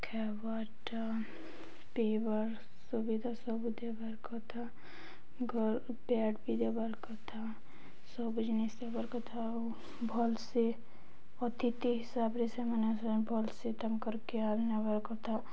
ଖାଇବାରଟା ପିଇବାର୍ ସୁବିଧା ସବୁ ଦେବାର୍ କଥା ପ୍ୟାଡ଼ ବି ଦେବାର୍ କଥା ସବୁ ଜିନିଷ୍ ଦେବାର୍ କଥା ଆଉ ଭଲ୍ସେ ଅତିଥି ହିସାବରେ ସେମାନେ ଭଲ୍ସେ ତାଙ୍କର କେୟାର ନେବାର୍ କଥା